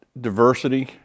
diversity